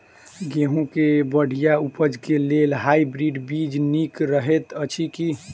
गेंहूँ केँ बढ़िया उपज केँ लेल हाइब्रिड बीज नीक हएत अछि की?